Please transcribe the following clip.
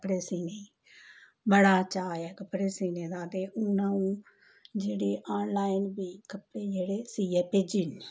कपड़े सीह्ने ई बड़ा चाऽ ऐ कपड़े सीह्ने दा ते हून अ'ऊं जेह्ड़े ऑनलाइन बी कपड़े जेह्ड़े सीयै भेजी ना